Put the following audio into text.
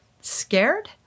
scared